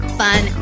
fun